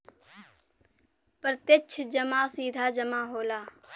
प्रत्यक्ष जमा सीधा जमा होला